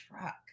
truck